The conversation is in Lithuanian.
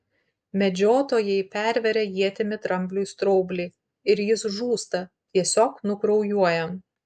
medžiotojai perveria ietimi drambliui straublį ir jis žūsta tiesiog nukraujuoja